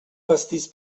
pastís